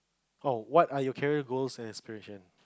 oh what are your career goals and aspiration